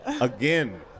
again